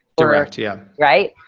direct yeah. right?